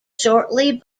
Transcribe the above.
shortly